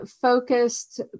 focused